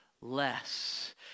less